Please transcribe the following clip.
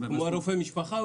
כמו רופא משפחה,